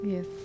Yes